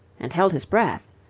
and held his breath.